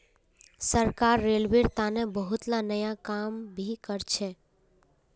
सरकार रेलवेर तने बहुतला नया काम भी करछ